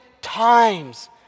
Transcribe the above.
times